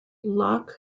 loch